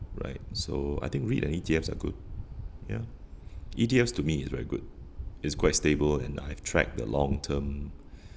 right so I think REIT and E_T_Fs are good ya E_T_Fs to me is very good it's quite stable and I've tracked the long term